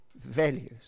values